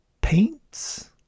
paints